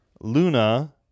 Luna